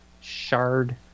shard